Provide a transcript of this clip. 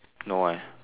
no eh